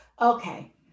okay